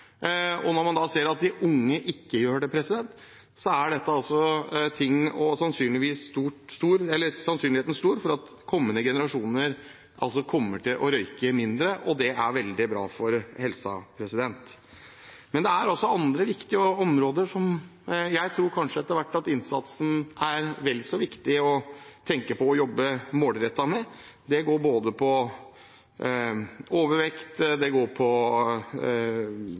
bruken. Når vi ser på statistikken, er det de eldste som røyker aller mest, og når man da ser at de unge ikke gjør det, er sannsynligheten stor for at kommende generasjoner kommer til å røyke mindre, og det er veldig bra for helsa. Men det er andre områder som jeg tror det etter hvert er vel så viktig å tenke på å jobbe målrettet mot. Det går på overvekt, det går på